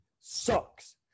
sucks